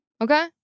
Okay